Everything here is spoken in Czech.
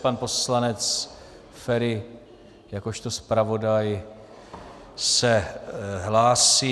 Pan poslanec Feri jakožto zpravodaj se hlásí.